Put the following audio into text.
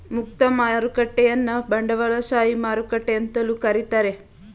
ಮುಕ್ತ ಮಾರುಕಟ್ಟೆಯನ್ನ ಬಂಡವಾಳಶಾಹಿ ಮಾರುಕಟ್ಟೆ ಅಂತಲೂ ಕರೀತಾರೆ